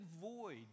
void